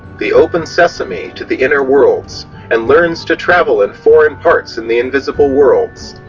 the open sesame to the inner worlds and learns to travel in foreign parts in the invisible worlds.